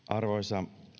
arvoisa